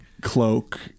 cloak